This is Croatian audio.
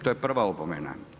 To je prva opomena.